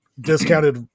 discounted